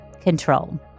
control